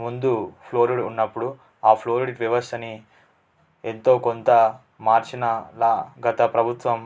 ముందు ఫ్లోరిడ్ ఉన్నప్పుడు ఆ ఫ్లోరిడ్ వ్యవస్థని ఎంతో కొంత మార్చిన లా గత ప్రభుత్వం